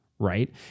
Right